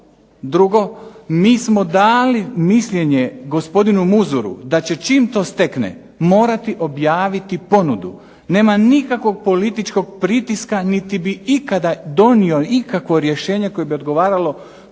Drugo, mi smo dali mišljenje gospodinu Muzuru da će čim to stekne morati objaviti ponudu. Nema nikakvog političkog pritiska niti bi ikada donio ikakvo rješenje koje bi odgovaralo politici,